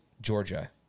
Georgia